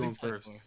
first